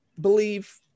believe